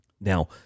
Now